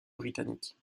britanniques